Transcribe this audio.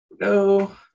No